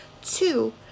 two